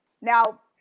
Now